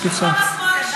שוב פעם השמאל?